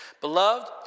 beloved